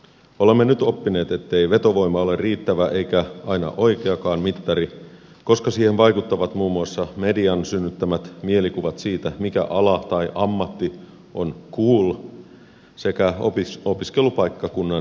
olemme nyt oppineet ettei vetovoima ole riittävä eikä aina oikeakaan mittari koska siihen vaikuttavat muun muassa median synnyttämät mielikuvat siitä mikä ala tai ammatti on cool sekä opiskelupaikkakunnan imago